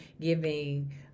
giving